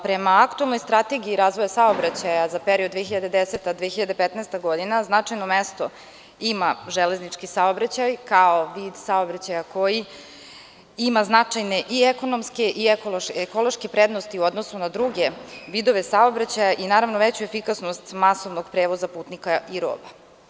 Prema aktuelnoj Strategiji razvoja saobraćaja za period 2010.-2015. godina značajno mesto ima železnički saobraćaj kao vid saobraćaja koji ima značajne i ekonomske i ekološke prednosti u odnosu na druge vidove saobraćaja i naravno veću efikasnost masovnog prevoza putnika i robe.